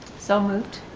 so moved.